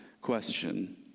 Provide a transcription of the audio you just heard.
question